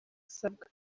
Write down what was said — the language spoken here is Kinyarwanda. asabwa